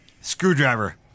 Screwdriver